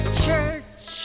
church